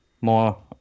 more